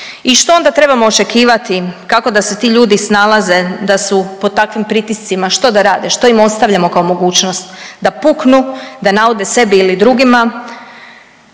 I što onda trebamo očekivati? Kako da se ti ljudi snalaze, da su pod takvim pritiscima? Što da rade, što im ostavljamo kao mogućnost? Da puknu, da naude sebi ili drugima,